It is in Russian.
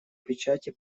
печати